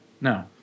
No